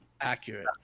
Accurate